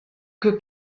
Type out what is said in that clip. que